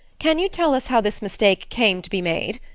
can you tell us how this mistake came to be made?